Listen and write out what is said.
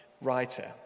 writer